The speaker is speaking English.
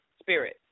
spirit